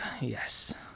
yes